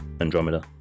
Andromeda